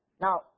Now